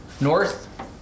north